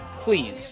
please